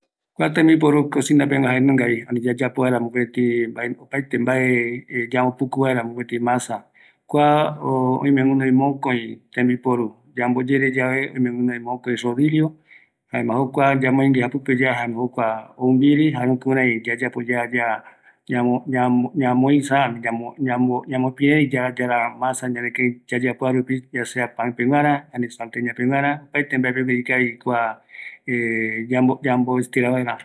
Kua jaenungavi, tembiporu yambope, ñamuata vaera masa, kua yande yaipota peguara, öime yande yamboyereva, kuape yayapo vaera empanada, salteña, iru tembiu peguaravi